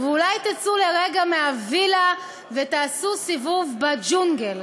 אולי תצאו לרגע מהווילה ותעשו סיבוב בג'ונגל?